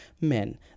men